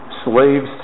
Slaves